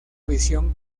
visión